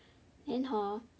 then hor